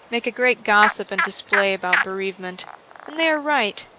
make a great gossip and display about bereavement and they are right.